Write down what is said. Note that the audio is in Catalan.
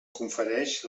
confereix